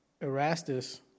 Erastus